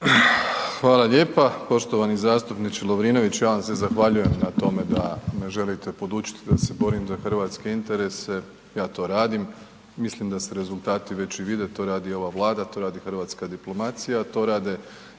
Hvala lijepa. Poštovani zastupniče Lovrinović, ja vam se zahvaljujem na tome da me želite podučit da se borim za hrvatske interese, ja to radim, mislim da se rezultati već i vide, to radi ova Vladi, to radi hrvatska diplomacija, to rade